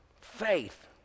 Faith